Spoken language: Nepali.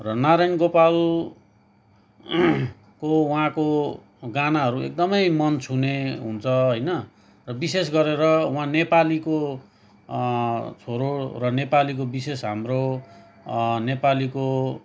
र नारायण गोपाल को उहाँको गानाहरू एकदमै मन छुने हुन्छ होइन र विशेष गरेर उहाँ नेपालीको छोरो र नेपालीको विशेष हाम्रो नेपालीको